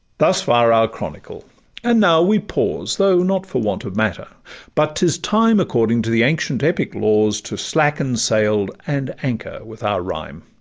thus far our chronicle and now we pause, though not for want of matter but t is time according to the ancient epic laws, to slacken sail, and anchor with our rhyme.